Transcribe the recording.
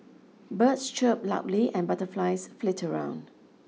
birds chirp loudly and butterflies flit around